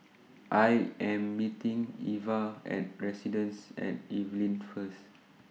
I Am meeting Iva At Residences At Evelyn First